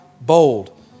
bold